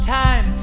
time